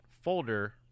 folder